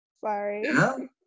Sorry